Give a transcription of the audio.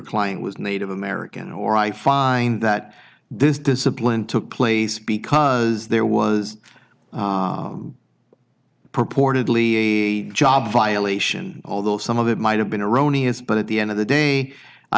client was native american or i find that this discipline took place because there was purportedly a job violation although some of it might have been erroneous but at the end of the day i